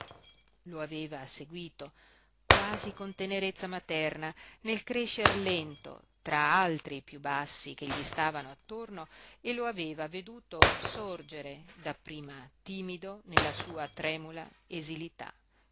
lo aveva seguito quasi con tenerezza materna nel crescer lento tra altri piú bassi che gli stavano attorno e lo aveva veduto sorgere dapprima timido nella sua tremula esilità